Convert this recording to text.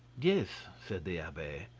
yes, said the abbe,